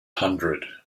hundred